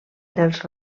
dels